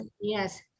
yes